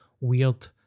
weird